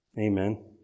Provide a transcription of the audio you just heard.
Amen